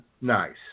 Nice